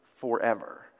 forever